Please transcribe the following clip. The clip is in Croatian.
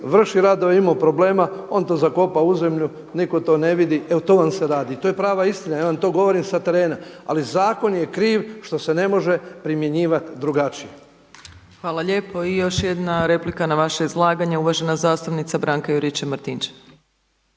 vrši radove imao problema on to zakopa u zemlju, nitko to ne vidi. Evo to vam se radi. To je prava istina, ja vam to govorim sa terena. Ali zakon je kriv što se ne može primjenjivati drugačije. **Opačić, Milanka (SDP)** Hvala lijepa. Još jedna replika na vaše izlaganje. Uvažena zastupnica Branka Juričev-Martinčev.